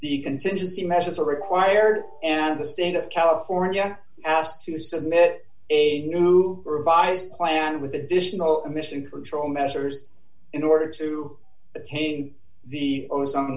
the contingency measures are required and the state of california asked to submit a new revised plan with additional d emission control measures in order d to attain the